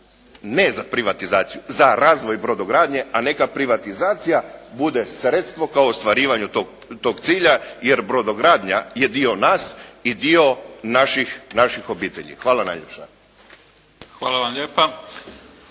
ne za privatizaciju, za razvoj brodogradnje, a neka privatizacija bude sredstvo kao ostvarivanju tog cilja jer brodogradnja je dio nas i dio naših obitelji. Hvala najljepša. **Mimica,